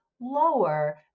lower